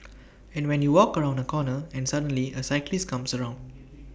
and when you walk around A corner and suddenly A cyclist comes around